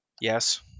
Yes